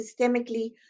systemically